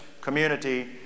community